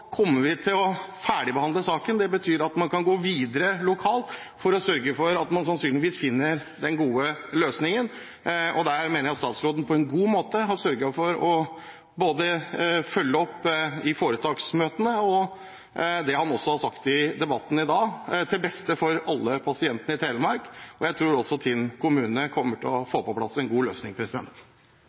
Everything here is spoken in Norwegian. kommer vi til å ferdigbehandle saken. Det betyr at man kan gå videre lokalt for å sørge for at man sannsynligvis finner den gode løsningen. Der mener jeg statsråden på en god måte har sørget for å følge opp både i foretaksmøtene og det han har sagt i debatten i dag – til beste for alle pasienter i Telemark. Jeg tror også Tinn kommune kommer til å få på plass en god løsning.